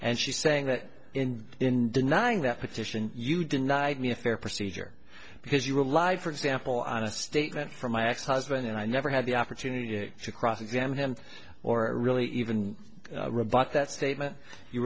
and she's saying that in in denying that petition you denied me a fair procedure because you rely for example on a statement from my ex husband and i never had the opportunity to cross examine him or really even rebut that statement you